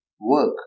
work